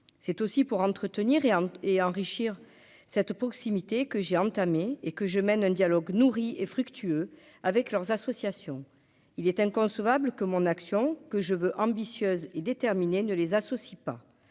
c'est aussi pour entretenir et enrichir cette proximité que j'ai entamé et que je mène un dialogue nourri et fructueux avec leurs associations, il est inconcevable que mon action que je veux ambitieuse et déterminée ne les associent pas,